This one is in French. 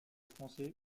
français